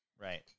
Right